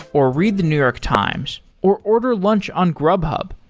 or read the new york times, or order lunch on grubhub,